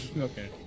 Okay